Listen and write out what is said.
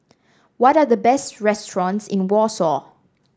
what are the best restaurants in Warsaw